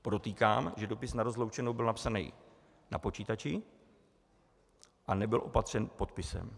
Podotýkám, že dopis na rozloučenou byl napsán na počítači a nebyl opatřen podpisem.